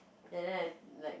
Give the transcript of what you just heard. and then I like